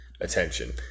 attention